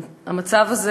המצב הזה